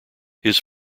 his